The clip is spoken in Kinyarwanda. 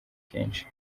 kenshi